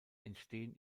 entstehen